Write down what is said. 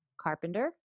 Carpenter